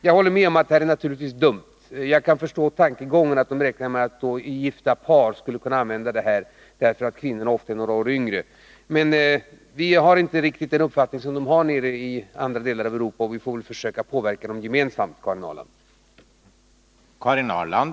Jag håller med om att det är dumt. Jag kan förstå tankegången: Man tänker på att gifta par, där kvinnorna ofta är några år yngre än männen, skall kunna använda det här rabattsystemet. Men vi delar inte den uppfattning i det här avseendet man har i andra delar av Europa. Vi får väl gemensamt försöka påverka dem, Karin Ahrland.